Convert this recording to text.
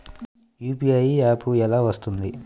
UPI app ఎలా వస్తుంది?